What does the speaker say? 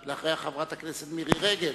אחריה, חברת הכנסת מירי רגב.